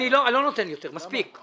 אני לא נותן יותר, מספיק.